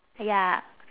ya